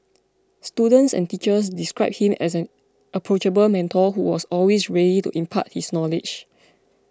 students and teachers described him as an approachable mentor who was always ready to impart his knowledge